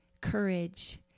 courage